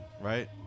right